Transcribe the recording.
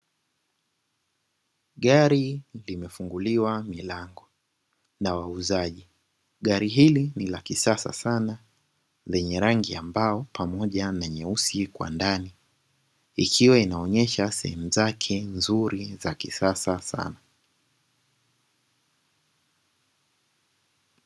Gari limefunguliwa milango na wauzaji, gari hili ni la kisasa sana lenye rangi ya mbao pamoja na nyeusi kwa ndani. Likiwa inaonyesha sehemu zake nzuri za kisasa sana.